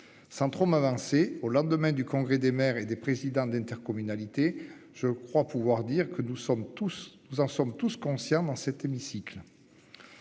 Sans trop m'avancer au lendemain du congrès des maires et des présidents d'intercommunalités. Je crois pouvoir dire que nous sommes tous, nous en sommes tous conscients dans cet hémicycle.